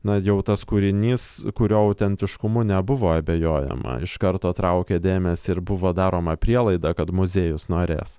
na jau tas kūrinys kurio autentiškumu nebuvo abejojama iš karto traukė dėmesį ir buvo daroma prielaida kad muziejus norės